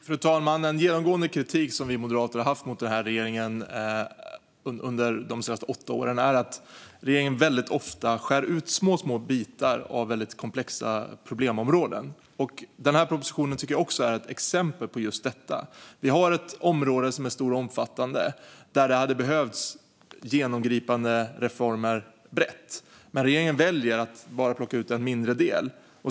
Fru talman! En genomgående kritik som vi moderater har haft mot regeringen under de senaste åtta åren är att regeringen ofta skär ut små, små bitar ur komplexa problemområden. Jag tycker att propositionen är ett exempel på just detta. Vi har ett område som är stort och omfattande, där det hade behövts genomgripande reformer brett. Men regeringen väljer att bara plocka ut en mindre del.